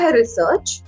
research